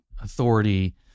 authority